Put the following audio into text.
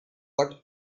but